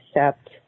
accept